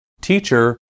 Teacher